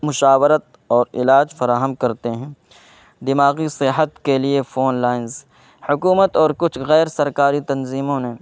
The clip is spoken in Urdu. مشاورت اور علاج فراہم کرتے ہیں دماغی صحت کے لیے فون لائنز حکومت اور کچھ غیر سرکاری تنظیموں نے